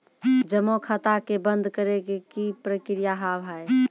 जमा खाता के बंद करे के की प्रक्रिया हाव हाय?